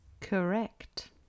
Correct